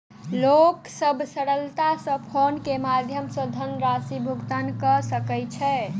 लोक सभ सरलता सॅ फ़ोन पे के माध्यम सॅ धनराशि भुगतान कय सकै छै